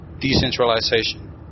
decentralization